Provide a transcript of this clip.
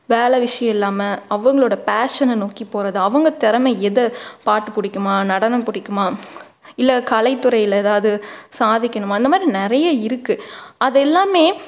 வேலை விஷயம் இல்லாமல் அவங்களோட பேஷனை நோக்கி போகறது அவங்க திறமை எது பாட்டு பிடிக்குமா நடனம் பிடிக்குமா இல்லை கலைத்துறையில் எதாவது சாதிக்கணுமா இந்த மாதிரி நிறையா இருக்கு அது எல்லாமே